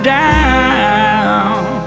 down